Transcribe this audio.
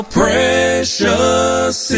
precious